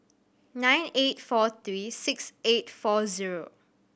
nine eight four three six eight four zero